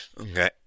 Okay